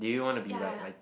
ya